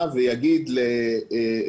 נישה שנייה,